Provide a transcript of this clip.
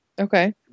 Okay